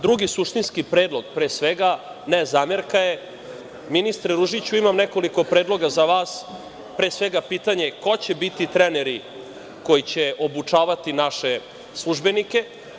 Drugi suštinski predlog, pre svega, ne zamerka, ministre Ružiću, imam nekoliko predloga za vas, pre svega pitanje – ko će biti treneri koji će obučavati naše službenike?